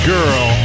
Girl